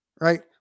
right